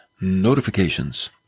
notifications